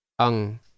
Ang